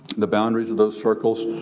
the boundaries of those circles